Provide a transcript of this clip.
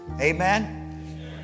Amen